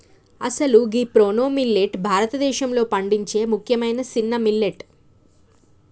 అసలు గీ ప్రోనో మిల్లేట్ భారతదేశంలో పండించే ముఖ్యమైన సిన్న మిల్లెట్